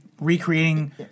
recreating